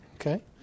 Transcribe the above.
okay